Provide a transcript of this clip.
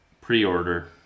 Pre-order